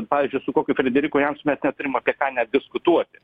pavyzdžiui su kokiu frederiku jansonu mes neturim apie ką net diskutuoti